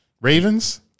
Ravens